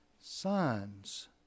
Signs